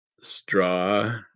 straw